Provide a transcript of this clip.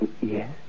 Yes